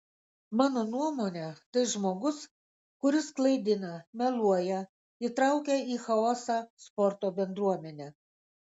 mano nuomone tai žmogus kuris klaidina meluoja įtraukia į chaosą sporto bendruomenę